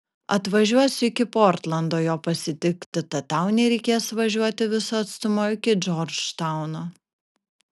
atvažiuosiu iki portlando jo pasitikti tad tau nereikės važiuoti viso atstumo iki džordžtauno